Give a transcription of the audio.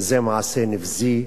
זה מעשה נבזי,